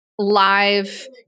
live